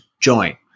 Join